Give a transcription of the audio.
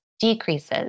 decreases